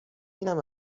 اینم